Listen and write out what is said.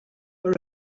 for